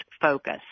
focus